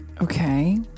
Okay